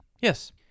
Yes